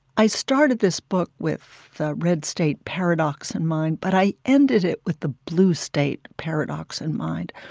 i started this book with the red state paradox in mind, but i ended it with the blue state paradox in mind.